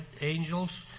angels